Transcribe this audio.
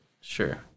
sure